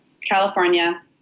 California